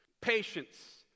patience